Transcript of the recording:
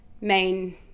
main